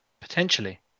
Potentially